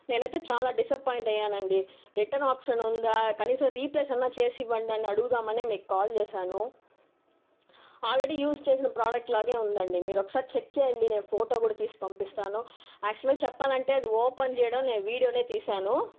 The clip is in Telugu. నేను అయితే చాలా డిసప్పాయింట్ అయ్యాను అండి రిటర్న్ ఆప్షన్ ఉందా కనీసం రీప్లేస్ అయిన చేసి ఇవ్వండి అని అడుగుదాము అని మీకు కాల్ చేశాను ఆల్రెడీ యూస్ చేసిన ప్రోడక్ట్లాగే ఉంది అండి మీరు ఒకసారి చెక్ చేయండి నేను ఫోటో కూడా తీసి పంపిస్తాను యాక్చువల్గా చెప్పాలంటే అది ఓపెన్ చేయడం నేను వీడియోనే తీశాను